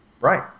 Right